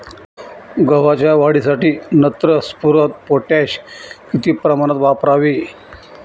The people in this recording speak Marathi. गव्हाच्या वाढीसाठी नत्र, स्फुरद, पोटॅश किती प्रमाणात वापरावे?